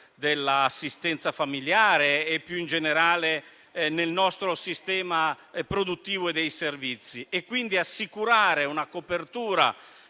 nell'assistenza familiare e più in generale nel nostro sistema produttivo e dei servizi. Occorreva quindi assicurare una copertura